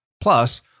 Plus